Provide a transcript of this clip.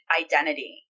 identity